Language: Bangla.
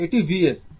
তো এটি V1 এবং এটি V2